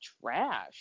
trash